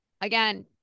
again